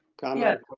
comment?